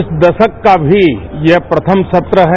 इस दशक का भी यह प्रथम सत्र है